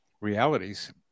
realities